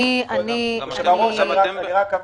אני רק אבהיר.